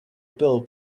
bill